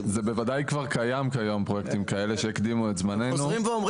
ובוודאי גם קיים כבר היום פרויקטים כאלה שהקדימו את זמננו.